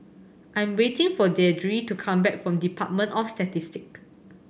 I am waiting for Deidre to come back from Department of Statistics